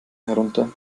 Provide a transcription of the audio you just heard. herunter